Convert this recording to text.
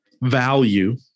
value